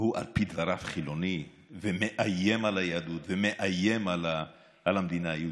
הוא על פי דבריו חילוני ומאיים על היהדות ומאיים על המדינה היהודית,